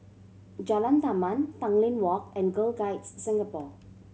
Jalan Taman Tanglin Walk and Girl Guides Singapore